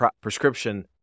prescription